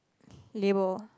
label